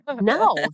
No